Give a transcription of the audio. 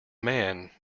man